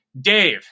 Dave